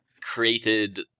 created